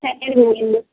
second building में